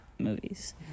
Movies